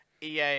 EA